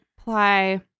apply